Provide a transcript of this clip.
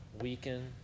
weaken